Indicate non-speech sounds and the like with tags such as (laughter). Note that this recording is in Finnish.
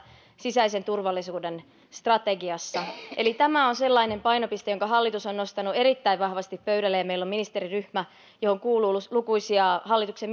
sisäisen turvallisuuden strategiassa tämä on sellainen painopiste jonka hallitus on nostanut erittäin vahvasti pöydälle ja meillä on ministeriryhmä johon kuuluu lukuisia hallituksen (unintelligible)